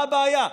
מה הבעיה?